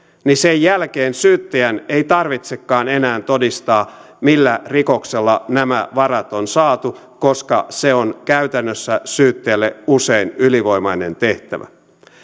syyttäjän ei tarvitsekaan enää todistaa millä rikoksella nämä varat on saatu koska se on käytännössä syyttäjälle usein ylivoimainen tehtävä